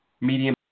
medium